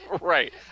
Right